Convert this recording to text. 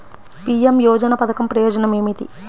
PM యోజన పధకం ప్రయోజనం ఏమితి?